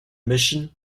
mission